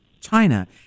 China